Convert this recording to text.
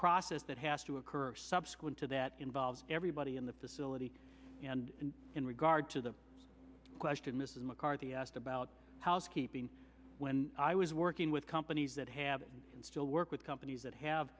process that has to occur subsequent to that involves everybody in the facility and in regard to the question mrs mccarthy asked about housekeeping when i was working with companies that have it and still work with companies that have